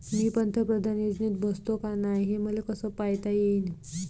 मी पंतप्रधान योजनेत बसतो का नाय, हे मले कस पायता येईन?